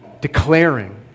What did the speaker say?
declaring